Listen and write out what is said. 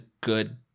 good